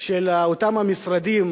של אותם המשרדים,